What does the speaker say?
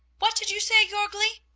what did you say, jorgli?